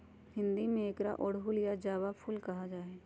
हिंदी में एकरा अड़हुल या जावा फुल कहा ही